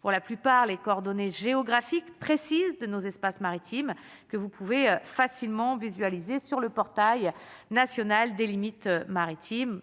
pour la plupart les coordonnées géographiques précises de nos espaces maritimes que vous pouvez facilement visualiser sur le portail national des limites maritimes